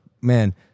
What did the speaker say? man